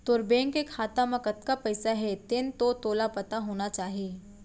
तोर बेंक के खाता म कतना पइसा हे तेन तो तोला पता होना चाही?